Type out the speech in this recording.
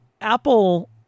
Apple